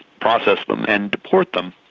process them and deport them.